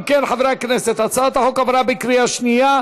אם כן, חברי הכנסת, הצעת החוק עברה בקריאה שנייה.